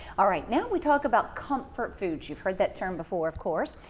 all right. now we talk about comfort food. you've heard that term before, of course.